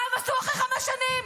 מה עם עשו אחרי חמש שנים?